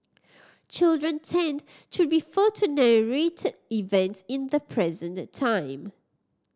children tend to refer to narrated events in the present time